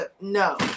no